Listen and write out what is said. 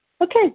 Okay